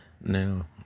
Now